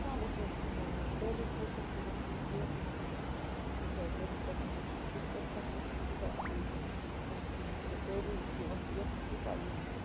ہیٚکان أسۍ نہٕ تٔعلیٖم حٲصِل کٔرِتھ کیٚنٛہہ یہِ ٲسۍ نہٕ ہیٚکان کُنہِ جایہِ پٔرِتھ گژھِنۍ یِم ییٚمہِ ساتہٕ اوس نہٕ تیوٗتاہ ییٚتہِ ایٚجُ یُس یہِ تٔعلیٖم یہِ ٲس نہٕ تیٖژا ییٚتہِ